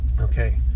Okay